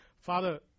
Father